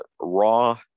raw